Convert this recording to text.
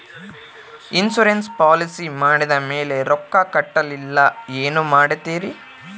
Insurance policy ಮಾಡಿದ ಮೇಲೆ ರೊಕ್ಕ ಕಟ್ಟಲಿಲ್ಲ ಏನು ಮಾಡುತ್ತೇರಿ?